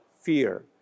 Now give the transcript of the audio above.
fear